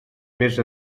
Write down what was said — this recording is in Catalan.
més